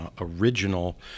original